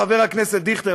חבר הכנסת דיכטר,